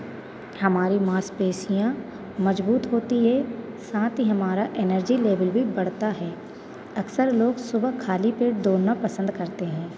हमारी मांसपेशियाँ मज़बूत होती है साथ ही हमारा एनर्जी लेवल भी बढ़ता है अक्सर लोग सुबह खाली पेट दौड़ना पसंद करते हैं